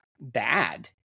bad